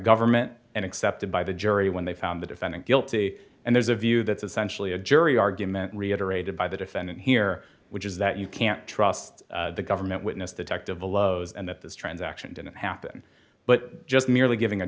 government and accepted by the jury when they found the defendant guilty and there's a view that's essentially a jury argument reiterated by the defendant here which is that you can't trust the government witness detective billows and that this transaction didn't happen but just merely giving a